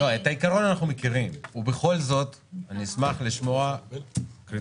את העיקרון אנחנו מכירים ובכל זאת אני אשמח לשמוע קריטריונים.